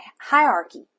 hierarchy